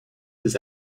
this